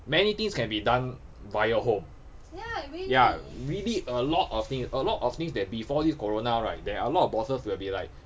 many things can be done via home ya really a lot of things a lot of things that before this corona right there are a lot of bosses will be like